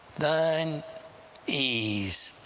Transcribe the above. thine ease,